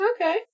Okay